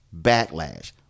Backlash